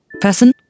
Person